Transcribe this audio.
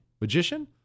magician